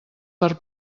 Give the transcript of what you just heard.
per